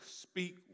speak